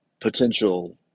potential